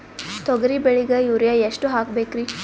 ತೊಗರಿ ಬೆಳಿಗ ಯೂರಿಯಎಷ್ಟು ಹಾಕಬೇಕರಿ?